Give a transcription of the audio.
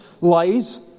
lies